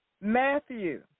Matthew